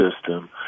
system